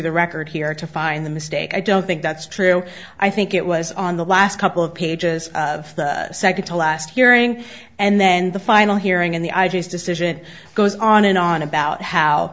the record here to find the mistake i don't think that's true i think it was on the last couple of pages of the second to last hearing and then the final hearing in the ideas decision goes on and on about how